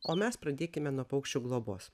o mes pradėkime nuo paukščių globos